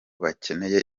bakeneye